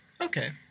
Okay